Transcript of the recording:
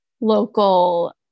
local